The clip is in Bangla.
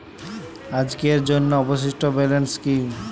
আজকের জন্য অবশিষ্ট ব্যালেন্স কি?